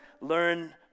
Learn